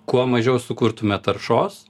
kuo mažiau sukurtume taršos